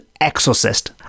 exorcist